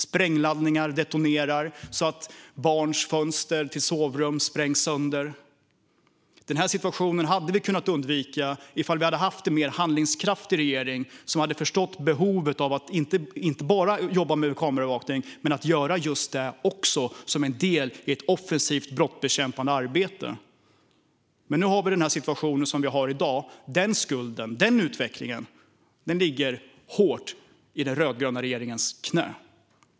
Sprängladdningar detonerar så att barns sovrumsfönster sprängs sönder. Denna situation hade vi kunnat undvika om vi hade haft en mer handlingskraftig regering som förstod behovet av att inte bara jobba med kameraövervakning utan att också ha med det som en del av ett offensivt brottsbekämpande arbete. Nu har vi den situation som vi har i dag. Skulden för denna utveckling ligger tungt i knäet på den rödgröna regeringen.